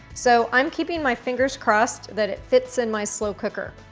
so i'm keeping my fingers crossed that it fits in my slow cooker.